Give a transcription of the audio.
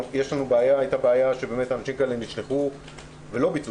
הייתה בעיה שאנשים כאלה נשלחו ולא ביצעו